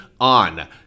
on